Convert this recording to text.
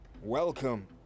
Welcome